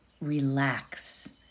relax